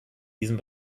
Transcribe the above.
diesem